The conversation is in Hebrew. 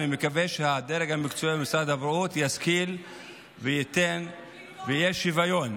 ואני מקווה שהדרג המקצועי במשרד הבריאות ישכיל וייתן שיהיה שוויון.